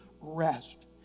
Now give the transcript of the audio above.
rest